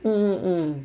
um um